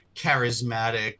charismatic